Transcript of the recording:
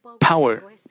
power